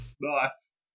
Nice